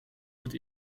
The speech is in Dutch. moet